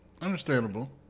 Understandable